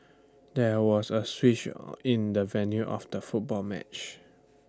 there was A switch in the venue of the football match